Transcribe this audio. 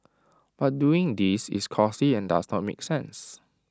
but doing this is costly and does not make sense